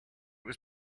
was